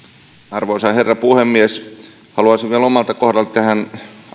arvoisa herra puhemies haluaisin vielä omalta kohdaltani tähän autoveroasiaan